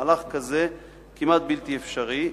מהלך כזה כמעט בלתי אפשרי,